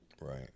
Right